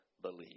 believe